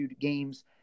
games